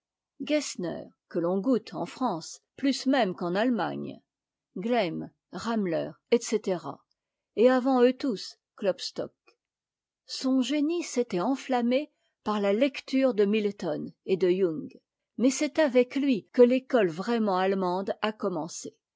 gessner que l'on goûte en france plus même qu'en allemagne gleim ramier etc et avant eux tous klopstock son génie s'était enûammé par la lecture de milton et de young mais c'est avec lui que l'école vraiment allemande a commencé